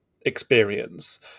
experience